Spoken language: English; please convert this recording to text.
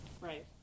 Right